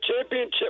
championship